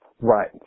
Right